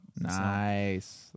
Nice